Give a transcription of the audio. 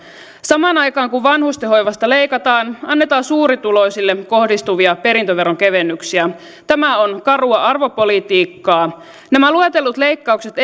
samaan aikaan kun vanhustenhoivasta leikataan annetaan suurituloisille kohdistuvia perintöveron kevennyksiä tämä on karua arvopolitiikkaa nämä luetellut leikkaukset